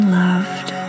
loved